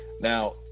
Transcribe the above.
Now